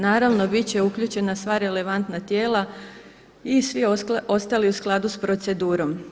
Naravno, bit će uključena sva relevantna tijela i svi ostali u skladu s procedurom.